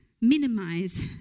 minimize